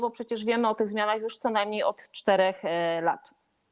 Bo przecież wiemy o tych zmianach już co najmniej od 4 lat.